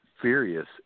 furious